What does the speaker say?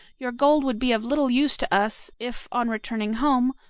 your gold would be of little use to us, if on returning home,